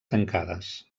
tancades